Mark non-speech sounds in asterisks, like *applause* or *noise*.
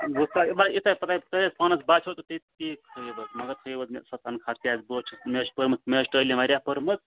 *unintelligible* پَتہٕ ہے تۄہہِ حظ پانَس باسیو تہٕ تی ٹھیٖک تھٔیِو حظ مگر تھٔیِو حظ مےٚ سُہ تنخواہ کیٛازِ بہٕ حظ چھُس مےٚ حظ چھِ پٔرمٕژ مےٚ حظ چھِ تٲلیٖم واریاہ پٔرمٕژ